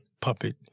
puppet